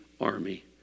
army